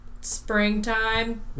springtime